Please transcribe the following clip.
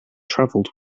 travelled